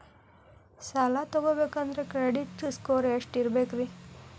ಸಾಲ ತಗೋಬೇಕಂದ್ರ credit score ಎಷ್ಟ ಇರಬೇಕ್ರಿ?